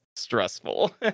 stressful